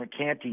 McCanty